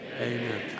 Amen